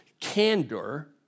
candor